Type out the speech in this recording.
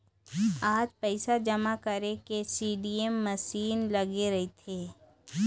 आज पइसा जमा करे के सीडीएम मसीन लगे रहिथे